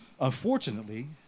unfortunately